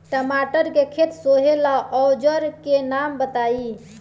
टमाटर के खेत सोहेला औजर के नाम बताई?